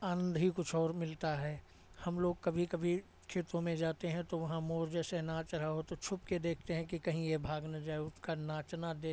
आनंद ही कुछ और मिलता है हम लोग कभी कभी खेतों में जाते हैं तो वहाँ मोर जैसे नाच रहा हो तो छुप के देखते हैं कि कहीं ये भाग ना जाए उसका नाचना देख